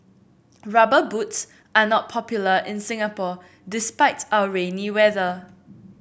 rubber boots are not popular in Singapore despite our rainy weather